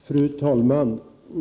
Fru talman!